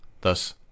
Thus